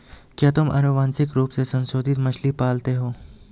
क्या तुम आनुवंशिक रूप से संशोधित मछली को पालते हो?